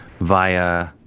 via